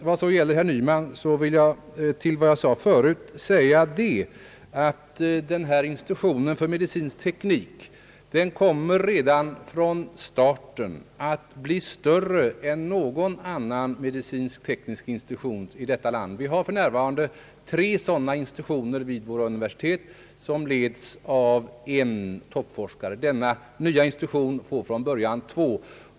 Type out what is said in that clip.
Till herr Nyman vill jag säga, att institutionen för medicinsk teknik redan från starten kommer att bli större än någon annan medicinsk-teknisk institution i detta land. Vi har för närvarande två sådana institutioner vid våra universitet, som leds av en toppforskare. Denna nya institution får från början två.